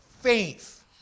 faith